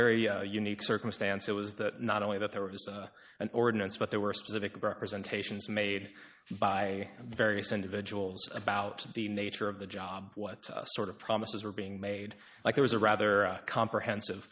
very unique circumstance it was that not only that there was an ordinance but there were specific representations made by various individuals about the nature of the job what sort of promises were being made like there was a rather comprehensive